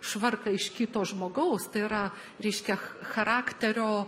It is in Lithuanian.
švarką iš kito žmogaus tai yra reiškia charakterio